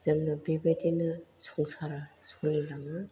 जोङो बेबायदिनो संसार सोलिलाङो